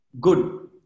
good